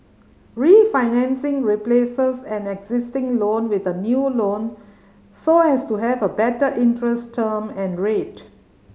refinancing replaces an existing loan with a new loan so as to have a better interest term and rate